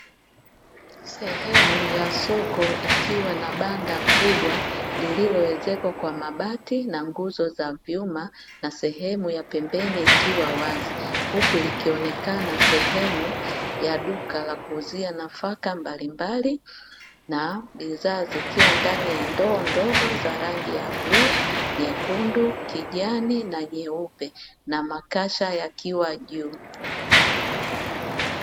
Sehemu ya soko ikiwa na banda kubwa lililowezekwa kwa mabati na nguzo za vyuma, na sehemu ya pembeni ikiwa wazi, huku likionekana sehemu ya duka la kuuzia nafaka mbalimbali na bidhaa zikiwa ndani ya ndoo ndogo za rangi ya bluu, nyekundu kijani na nyeupe na makasha yakiwa juu.